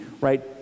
right